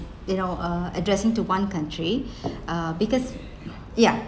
you know uh addressing to one country uh because ya